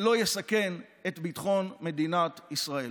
ולא יסכן את ביטחון מדינת ישראל.